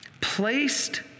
placed